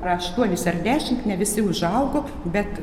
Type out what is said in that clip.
aštuonis ar dešim ne visi užaugo bet